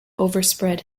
overspread